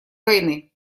войны